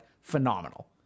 phenomenal